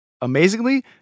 Amazingly